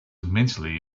immensely